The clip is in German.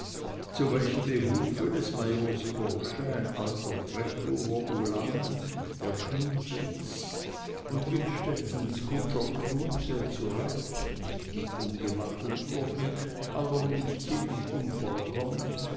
zu welchem behufe des majors bursche ein alter treptower ulan der knut hieß und innstettens kutscher kruse zu reitknechten umgewandelt wurden allerdings ziemlich unvollkommen